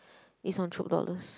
is on Chope dollars